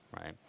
right